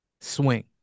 swing